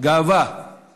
גאווה על